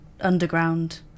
underground